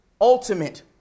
ultimate